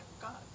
God